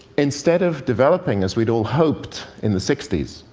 instead of developing, as we'd all hoped in the sixty s,